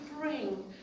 bring